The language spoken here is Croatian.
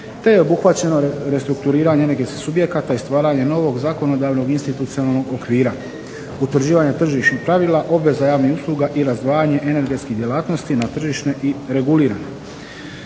te je obuhvaćeno restrukturiranje energetskih subjekata i stvaranje novog zakonodavnog, institucionalnog okvira, utvrđivanje tržišnih pravila, obveza javnih usluga i razdvajanje energetskih djelatnosti na tržišne i regulirane.